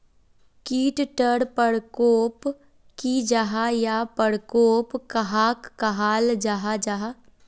कीट टर परकोप की जाहा या परकोप कहाक कहाल जाहा जाहा?